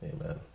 Amen